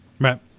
Right